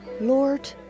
Lord